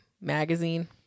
Magazine